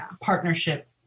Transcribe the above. partnership